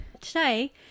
today